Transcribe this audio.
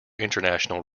international